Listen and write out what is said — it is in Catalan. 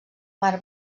mar